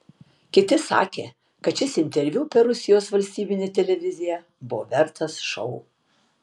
kiti sakė kad šis interviu per rusijos valstybinę televiziją buvo vertas šou